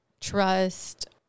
trust